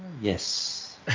Yes